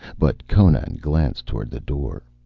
but conan glanced toward the door.